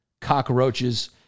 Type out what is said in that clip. cockroaches